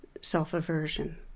self-aversion